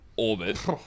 Orbit